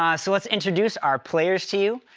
um so, let's introduce our players to you.